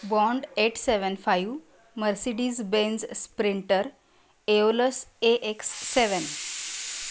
bond eight seven five Mercedes Benz Sprinter Aeolus A X seven